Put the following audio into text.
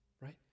right